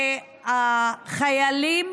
שהחיילים